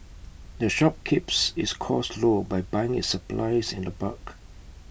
the shop keeps its costs low by buying its supplies in the bulk